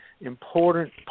important